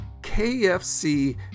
KFC